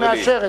היא מאשרת.